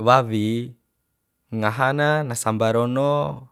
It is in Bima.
wawi ngaha na nasambarono